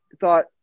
thought